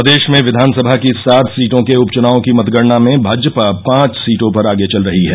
प्रदेश में विघानसभा की सात सीटों के उपचनाव की मतगणना में भाजपा पांच सीटों पर आगे चल रही है